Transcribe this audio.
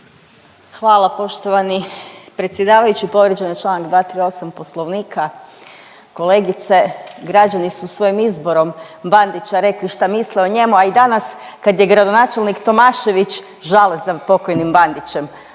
Hvala poštovani predsjedavajući. Povrijeđen je čl. 238. Poslovnika. Kolegice građani su svojim izborom Bandića rekli šta misle o njemu, a i danas kad je gradonačelnik Tomašević, žale za pok. Bandićem,